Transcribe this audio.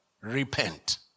Repent